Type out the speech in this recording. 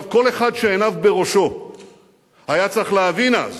כל אחד שעיניו בראשו היה צריך להבין אז